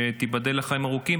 שתיבדל לחיים ארוכים,